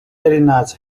arenas